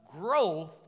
growth